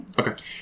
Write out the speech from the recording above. okay